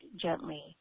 gently